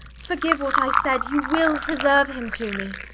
forgive what i said. you will preserve him to me.